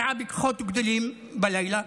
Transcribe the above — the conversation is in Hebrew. מגיעה בכוחות גדולים בלילה,